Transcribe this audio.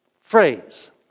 phrase